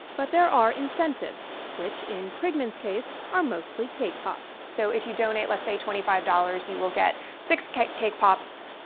but there are incentives, which, in krigman's case, are mostly cake pops. so if you donate, let's say twenty five dollars you will get six cake cake pops.